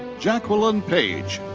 jacqueline page.